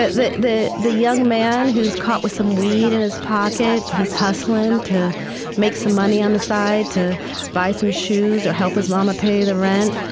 but the the young man who's caught with some weed in his pocket, he's hustling to make some money on the side to buy some shoes, or help his mama pay the rent